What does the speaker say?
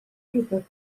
rywbeth